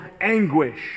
anguish